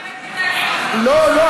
לא לא,